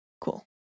cool